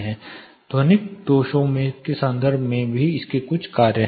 ध्वनिक दोषों के संदर्भ में भी इसके कुछ कार्य हैं